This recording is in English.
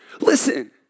Listen